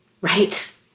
right